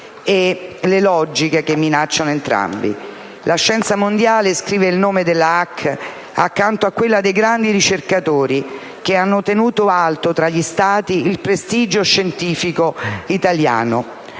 e le logiche che minacciano entrambi. La scienza mondiale scrive il nome della Hack accanto a quello dei grandi ricercatori che hanno tenuto alto tra gli Stati il prestigio scientifico italiano.